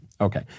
Okay